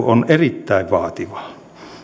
on erittäin vaativaa